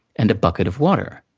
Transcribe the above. and a bucket of water.